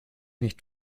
nicht